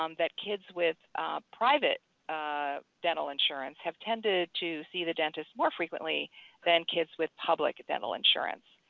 um that kids with private ah dental insurance have tended to see the dentist more frequently than kids with public dental insurance.